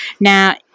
now